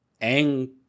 Ang